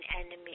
enemy